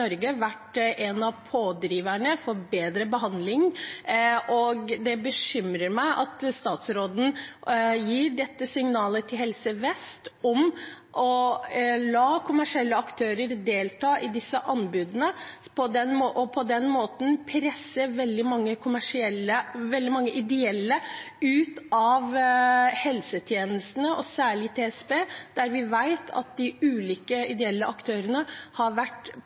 vært en av pådriverne for bedre behandling. Det bekymrer meg at statsråden gir dette signalet til Helse Vest om å la kommersielle aktører delta i disse anbudene og på den måten presse veldig mange ideelle ut av helsetjenestene – særlig TSB, der vi vet at de ulike ideelle aktørene har vært